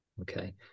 Okay